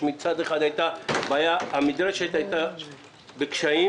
המדרשה הייתה בקשיים.